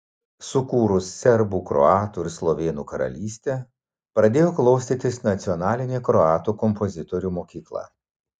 sukūrus serbų kroatų ir slovėnų karalystę pradėjo klostytis nacionalinė kroatų kompozitorių mokykla